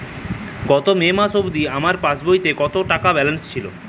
গত মে মাস অবধি আমার পাসবইতে কত টাকা ব্যালেন্স ছিল?